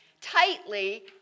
tightly